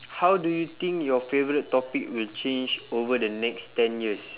how do you think your favourite topic will change over the next ten years